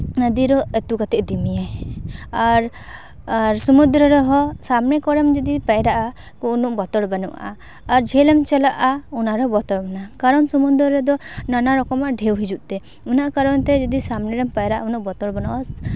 ᱱᱚᱫᱤᱨᱮ ᱟᱹᱛᱩ ᱠᱟᱛᱮ ᱤᱫᱤ ᱢᱮᱭᱟᱭ ᱟᱨ ᱟᱨ ᱥᱚᱢᱩᱫᱽᱫᱨᱚ ᱨᱮᱦᱚᱸ ᱥᱟᱢᱱᱮ ᱠᱚᱨᱮ ᱡᱩᱫᱤᱢ ᱯᱟᱭᱨᱟᱜᱼᱟ ᱛᱚ ᱩᱱᱟᱹᱜ ᱵᱚᱛᱚᱨ ᱵᱟᱹᱱᱩᱜᱼᱟ ᱟᱨ ᱡᱷᱟᱹᱞ ᱮᱢ ᱪᱟᱞᱟᱜᱼᱟ ᱚᱱᱟ ᱨᱮᱦᱚᱸ ᱵᱚᱛᱚᱨ ᱢᱮᱱᱟᱜᱼᱟ ᱠᱟᱨᱚᱱ ᱥᱚᱢᱩᱫᱨᱚ ᱨᱮᱫᱚ ᱱᱟᱱᱟ ᱨᱚᱠᱚᱢᱟᱜ ᱰᱷᱮᱣ ᱦᱤᱡᱩᱜ ᱛᱮ ᱚᱱᱟ ᱠᱟᱨᱚᱱ ᱛᱮ ᱡᱩᱫᱤ ᱥᱟᱢᱱᱮ ᱨᱮᱢ ᱯᱟᱭᱨᱟᱜᱼᱟ ᱩᱱᱟᱹᱜ ᱵᱚᱛᱚᱨ ᱵᱟᱹᱱᱩᱜᱼᱟ